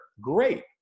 Great